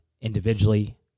individually